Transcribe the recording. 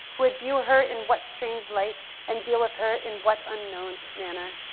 who would view her in what strange light and deal with her in what unknown manner.